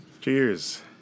Cheers